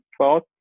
thought